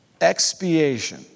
Expiation